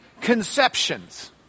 conceptions